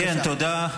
תודה.